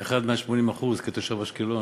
אני אחד מה-80% כתושב אשקלון.